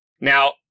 Now